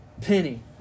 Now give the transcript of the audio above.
Penny